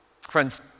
Friends